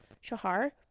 shahar